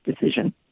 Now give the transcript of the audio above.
decision